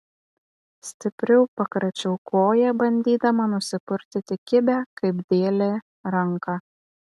stipriau pakračiau koją bandydama nusipurtyti kibią kaip dėlė ranką